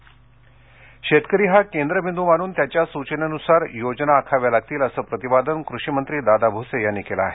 भूसे शेतकरी हा केद्रबिंदू मानून त्यांच्या सूचनेनुसार योजना आखाव्या लागतील असं प्रतिपादन कृषी मंत्री दादा भुसे यांनी केलं आहे